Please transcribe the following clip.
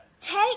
Take